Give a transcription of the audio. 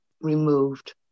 removed